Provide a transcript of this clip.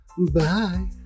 Bye